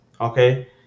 okay